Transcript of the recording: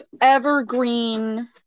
evergreen